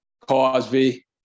Cosby